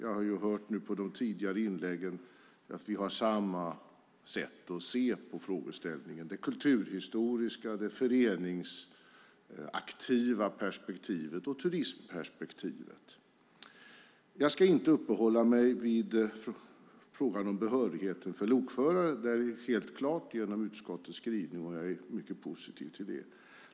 Av tidigare inlägg har jag hört att vi har samma sätt att se på frågeställningen - det kulturhistoriska och det föreningsaktiva perspektivet samt turismperspektivet. Jag ska inte uppehålla mig vid frågan om behörigheten för lokförare. Det där är helt klart genom utskottets skrivning, som jag är mycket positiv till.